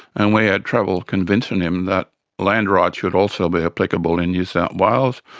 and we had trouble convincing him that land rights should also be applicable in new south wales,